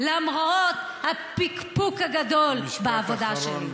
למרות הפקפוק הגדול בעבודה שלי.